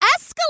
escalate